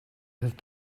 have